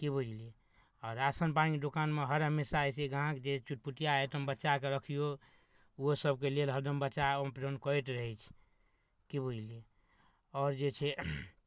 की बुझलियै आ राशन पानीके दोकानमे हर हमेशा जे छै ग्राहक जे चुटपुटिया आइटम बच्चाके रखियौ ओहोसभके लेल हरदम बच्चा अप डाउन करैत रहै छै की बुझलियै आओर जे छै